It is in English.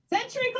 Century